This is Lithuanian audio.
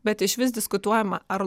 bet išvis diskutuojama ar lovoj